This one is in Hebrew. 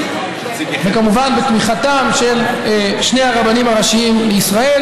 וכמובן בתמיכתם של שני הרבנים הראשיים לישראל.